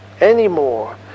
anymore